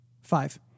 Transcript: Five